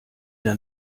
der